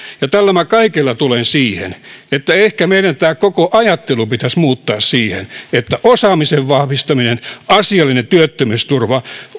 tällä kaikella minä tulen siihen että ehkä tämä meidän koko ajattelu pitäisi muuttaa siihen että osaamisen vahvistaminen asiallinen työttömyysturva